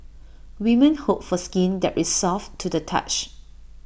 women hope for skin that is soft to the touch